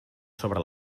sobre